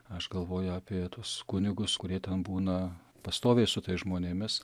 aš galvoju apie tuos kunigus kurie ten būna pastoviai su tais žmonėmis